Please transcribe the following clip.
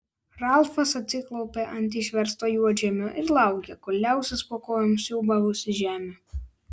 ralfas atsiklaupė ant išversto juodžemio ir laukė kol liausis po kojom siūbavusi žemė